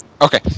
Okay